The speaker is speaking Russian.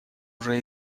уже